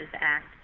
Act